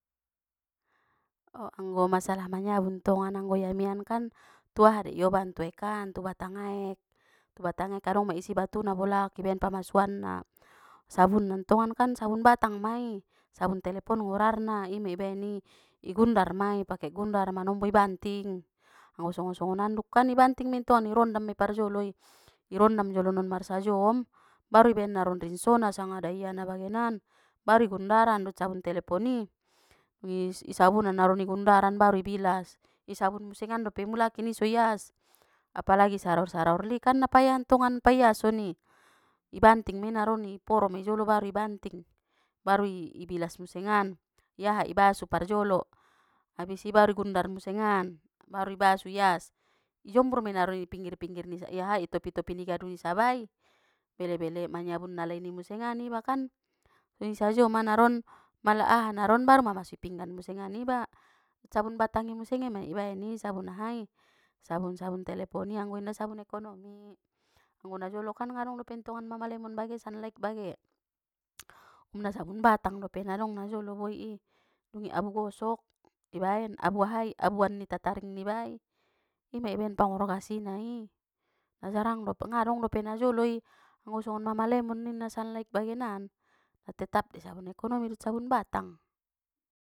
O anggo masalah manyabun ntongan anggo i amian kan tu aha dei oban tu aek kan tu batang aek tu batang aek adong mei isi batuna bolak i baen pamasuanna sabunna ntongan kan sabun batang mai sabun telepon gorarn ima i baen i igundar mai pake gundar manombo ibanting anggo songon-songon andukkan ibanting mentoni i rondam mei parjolo i irondam jolo non marsajom baru ibaen naron rinsona sanga daia na bagenan baru igundaran dot sabun telepon i dung i sabunan naron igundaran baru ibilas isabun musengan dope mulak i ni so ias apalagi saraor-saraor lee kan na payahan ntongan paiason i ibanting mei naroni iporo me jolo baru ibanting baru i-ibilas musengan i aha ibasu parjolo abis i baru i gundar museng an baru ibasu ias ijombur me naron i pinggir-pinggir ni aha i itopi-topi ni gardu ni sabai bele-bele manyabun na lain i musengan ibakan soni sajo ma naron mala aha naron baru mamasui pinggan musengan iba dot sabun batangi i museng me ma ibaen i sabun ahai sabun-sabun telepon i anggo inda sabun ekonomi anggo na jolo kan ngadong dope ntongan mama lemon bage sunlight bage, um nasabun batang dope nadong na joloi dungi abu gosok ibaen abu ahai abuan ni tataring nibai ima ibaen pangorgasina i na jarang dop- ngadong dope na joloi anggo songon mama lemon ninna sunlight bagenan na tetap dei sabun ekonomi dot sabun batang.